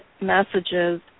messages